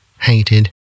hated